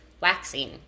waxing